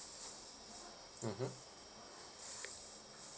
mmhmm